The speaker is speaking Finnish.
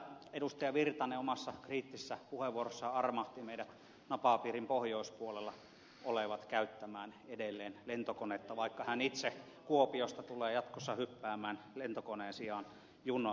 erkki virtanen omassa kriittisessä puheenvuorossaan armahti meidät napapiirin pohjoispuolella olevat käyttämään edelleen lentokonetta vaikka hän itse kuopiosta tulee jatkossa hyppäämään lentokoneen sijaan junaan